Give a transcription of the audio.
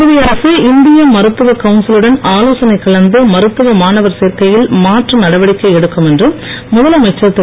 புதுவை அரசு இந்திய மருத்துவ கவுன்சிலுடன் ஆலோசனை கலந்து மருத்துவ மாணவர் சேர்க்கையில் மாற்று நடவடிக்கை எடுக்கும் என்று முதலமைச்சர் திரு